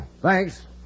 Thanks